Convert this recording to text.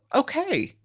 okay.